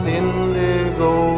indigo